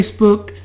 Facebook